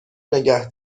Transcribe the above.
نگه